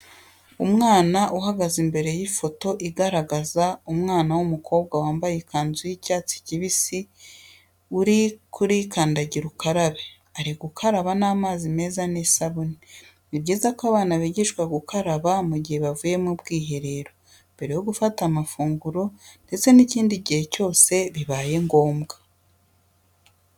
Umwana uhagaze imbere y'ifoto igaragaza umwana w'umukobwa wamabaye ikanzu y'icyatsi kibisi uri kuri kandagirukarabe, ari gukaraba n'amazi meza n'isabune. Ni byiza ko abana bigishwa gukaraba mu gihe bavuye mu bwiherero, mbere yo gufata amafunguro ndetse n'ikindi gihe cyose bibaye ngombwa.